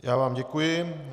Já vám děkuji.